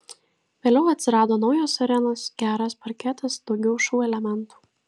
vėliau atsirado naujos arenos geras parketas daugiau šou elementų